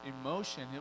emotion